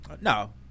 No